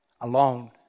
alone